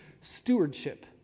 stewardship